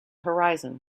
horizon